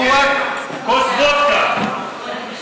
כוס וודקה.